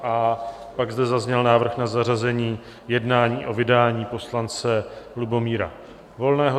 A pak zde zazněl návrh na zařazení jednání o vydání poslance Lubomíra Volného.